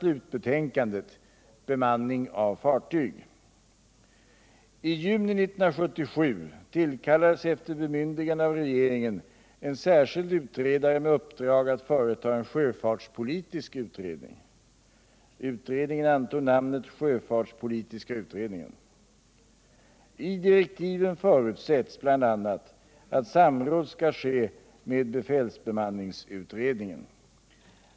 I juni 1977 tillkallades efter bemyndigande av regeringen en särskild utredare med uppdrag att företa en sjöfartspolitisk utredning. Utredningen antog namnet sjöfartspolitiska utredningen. I direktiven förutsätts bl.a. att samråd skall ske med befälsbemanningsutredningen.